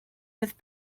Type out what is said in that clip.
with